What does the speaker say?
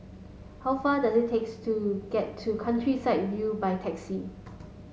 how far does it takes to get to Countryside View by taxi